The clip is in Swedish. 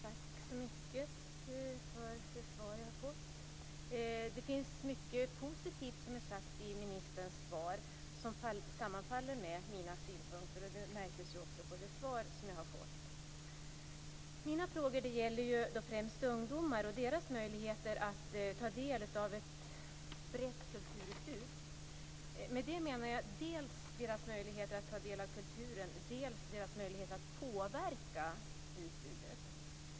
Fru talman! Tack så mycket för det svar jag har fått. Det finns mycket positivt sagt i ministerns svar, som sammanfaller med mina synpunkter. Det märktes också på det svar som jag har fått. Mina frågor gäller främst ungdomar och deras möjligheter att ta del av ett brett kulturutbud. Med det menar jag dels deras möjligheter att ta del av kulturen, dels deras möjligheter att påverka utbudet.